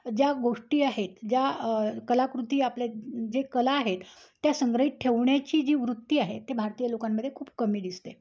ज्या गोष्टी आहेत ज्या कलाकृती आपल्या जे कला आहेत त्या संग्रहित ठेवण्याची जी वृत्ती आहे ते भारतीय लोकांमध्ये खूप कमी दिसते